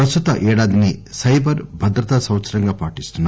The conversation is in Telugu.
ప్రస్తుత ఏడాదిని సైబర్ భద్రతా సంవత్సరంగా పాటిస్తున్నారు